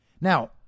Now